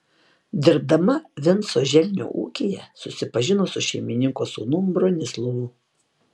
dirbdama vinco želnio ūkyje susipažino su šeimininko sūnum bronislovu